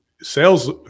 sales